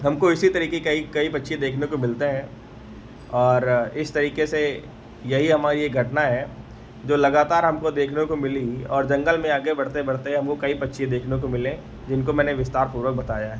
हमको इसी तरीके कई कई पक्षी देखने को मिलते हैं और इस तरीके से यही हमारी एक घटना है जो लगातार हमको देखने को मिली और जंगल में आगे बढ़ते बढ़ते हमको कई पक्षी देखने को मिले जिनको मैंने विस्तारपूर्वक बताया है